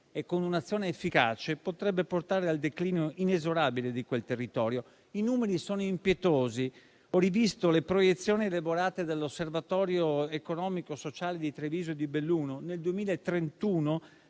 comune ed efficace, potrebbe portare al declino inesorabile di quel territorio. I numeri sono impietosi. Ho rivisto le proiezioni elaborate dall'osservatorio economico e sociale di Treviso e di Belluno. Nel 2031